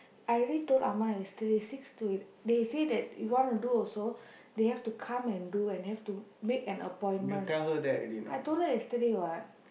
I already told amma yesterday six to they say that if wanna do also they have to come and do and have to make an appointment I told her yesterday what